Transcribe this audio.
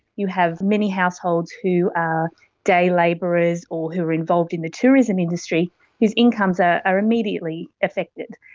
you have many households who are day labourers or who are involved in the tourism industry whose incomes ah are immediately affected.